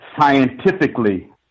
scientifically